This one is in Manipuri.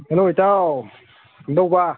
ꯍꯦꯜꯂꯣ ꯏꯇꯥꯎ ꯀꯝꯗꯧꯕ